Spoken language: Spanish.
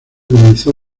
comenzó